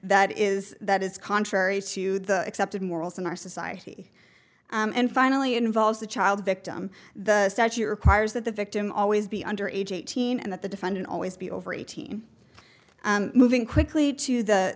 that is that is contrary to the accepted morals in our society and finally involves the child victim the statute requires that the victim always be under age eighteen and that the defendant always be over eighteen and moving quickly to the